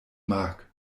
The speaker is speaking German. mag